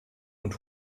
und